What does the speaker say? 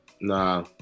Nah